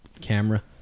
camera